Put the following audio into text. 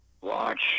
watch